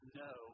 no